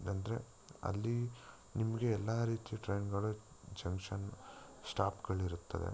ಅಂದರೆ ಅಲ್ಲೀ ನಿಮಗೆ ಎಲ್ಲ ರೀತಿಯ ಟ್ರೈನ್ಗಳು ಜಂಕ್ಷನ್ ಸ್ಟಾಪ್ಗಳಿರುತ್ತವೆ